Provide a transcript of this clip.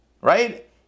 right